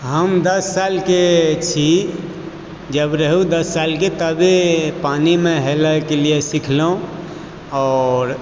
हम दस साल के छी जब रहु दस साल के तबै पानि मे हेलय केलिए सिखलहुॅं आओर